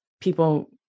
People